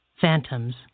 phantoms